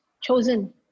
chosen